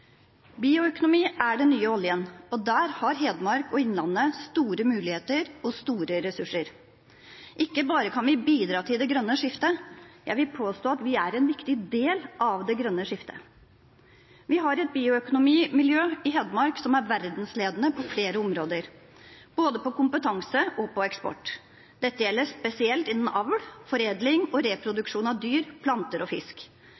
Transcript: Bioøkonomi er den nye oljen, og der har Hedmark og Innlandet store muligheter og store ressurser. Ikke bare kan vi bidra til det grønne skiftet; jeg vil påstå at vi er en viktig del av det grønne skiftet. Vi har et bioøkonomimiljø i Hedmark som er verdensledende på flere områder, både på kompetanse og på eksport. Dette gjelder spesielt innen avl, foredling og reproduksjon av dyr, planter og fisk.